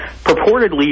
purportedly